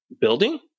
building